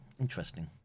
Interesting